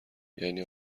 یعنی